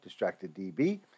DistractedDB